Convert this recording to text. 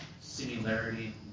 similarity